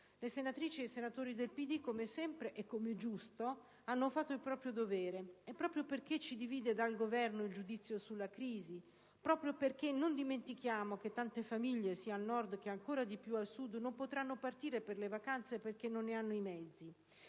Le senatrici ed i senatori del PD, come sempre e come giusto, hanno fatto il proprio dovere, proprio perché ci divide dal Governo il giudizio sulla crisi; proprio perché non dimentichiamo che tante famiglie al Nord e ancora di più al Sud non potranno partire per le vacanze perché non ne hanno i mezzi;